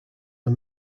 are